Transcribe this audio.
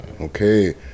okay